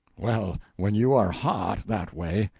well, when you are hot, that way,